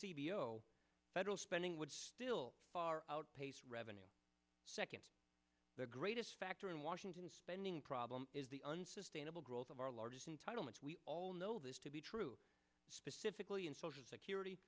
below federal spending would still far outpace revenue second the greatest factor in washington spending problem is the unsustainable growth of our largest entitlements we all know this to be true specifically in social security